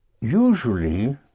Usually